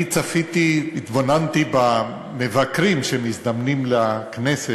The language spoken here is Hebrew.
אני צפיתי, התבוננתי במבקרים שמזדמנים לכנסת,